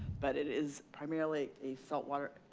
but it is primarily a saltwater,